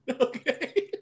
okay